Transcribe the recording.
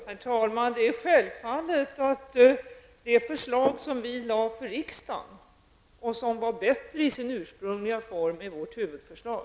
Herr talman! Självfallet är det förslag som vi framlade för riksdagen, och som var bättre i sin ursprungliga form, vårt huvudförslag.